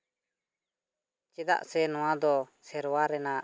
ᱪᱮᱫᱟᱜ ᱥᱮ ᱱᱚᱣᱟ ᱫᱚ ᱥᱮᱨᱣᱟ ᱨᱮᱱᱟᱜ